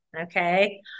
Okay